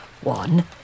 One